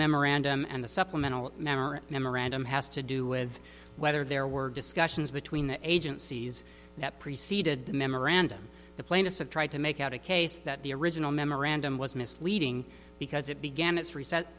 memorandum and the supplemental memory memorandum has to do with whether there were discussions between the agencies that preceded the memorandum the plaintiffs have tried to make out a case that the original memorandum was misleading because it began its re